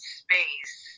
space